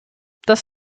das